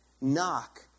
Knock